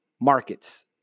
markets